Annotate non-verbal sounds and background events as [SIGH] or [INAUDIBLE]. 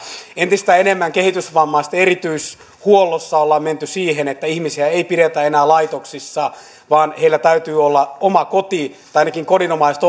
entistä enemmän kehitysvammaisten erityishuollossa ollaan menty siihen että ihmisiä ei pidetä enää laitoksissa vaan heillä täytyy olla oma koti tai ainakin kodinomaiset [UNINTELLIGIBLE]